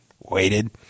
waited